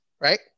right